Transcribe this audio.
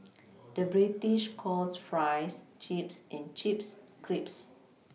the British calls Fries Chips and Chips Crisps